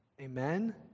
Amen